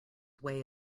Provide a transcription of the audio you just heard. way